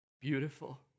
beautiful